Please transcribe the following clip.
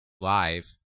Live